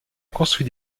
construit